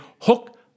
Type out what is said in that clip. hook